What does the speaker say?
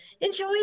Enjoy